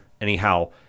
anyhow